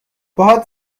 باهات